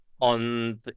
on